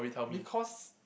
because